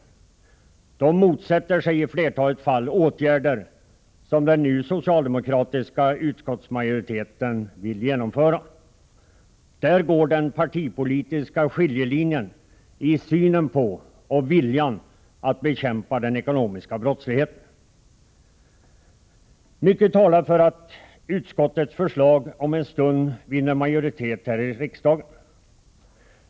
I dem motsätter man sig i flertalet fall åtgärder som den nuvarande socialdemokratiska utskottsmajoriteten vill genomföra. Där går den partipolitiska skiljelinjen i synen på och viljan att bekämpa den ekonomiska brottsligheten. Mycket talar för att utskottets förslag om en stund vinner majoritet i riksdagen.